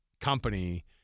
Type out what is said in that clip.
company